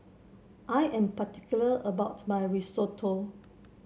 I am particular about my Risotto